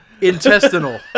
Intestinal